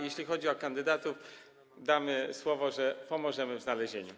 Jeśli chodzi o kandydatów, damy słowo, pomożemy w znalezieniu.